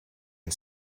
and